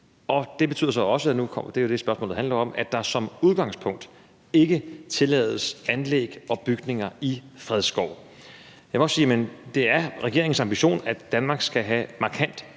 handler om, at der som udgangspunkt ikke tillades anlæg og bygninger i fredskov. Jeg vil også sige, at det er regeringens ambition, at Danmark skal have markant